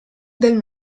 del